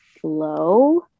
flow